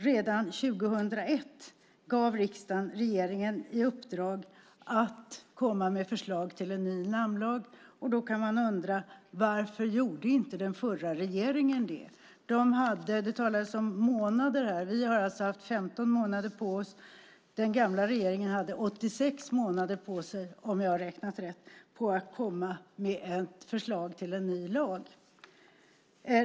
Redan 2001 gav riksdagen regeringen i uppdrag att komma med förslag om en ny namnlag. Då kan man undra varför den förra regeringen inte gjorde det. Här har det talats om månader. Vi har alltså haft 15 månader på oss. Den gamla regeringen hade, om jag nu räknat rätt, 86 månader på sig för att komma med förslag om en ny lag.